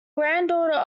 granddaughter